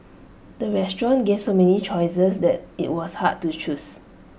the restaurant gave so many choices that IT was hard to choose